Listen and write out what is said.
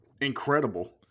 incredible